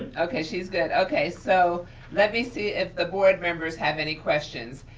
okay, she's good, okay. so let me see if the board members have any questions.